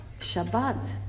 Shabbat